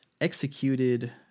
executed